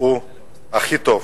הוא הכי טוב.